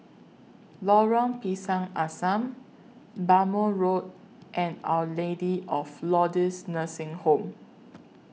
Lorong Pisang Asam Bhamo Road and Our Lady of Lourdes Nursing Home